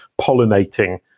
pollinating